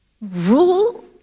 rule